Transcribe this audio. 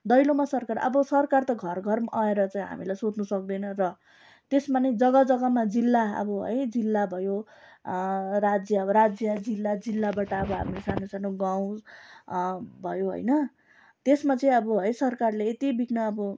दैलोमा सरकार अब सरकार त घर घरमा आएर चाहिँ हामीलाई सोध्नु सक्दैन र त्यसमा नि जग्गा जग्गामा जिल्ला अब है जिल्ला भयो राज्य अब राज्य जिल्ला जिल्लाबाट अब हाम्रो सानो सानो गाउँ भयो होइन त्यसमा चाहिँ अब सरकारले यति विघ्न अब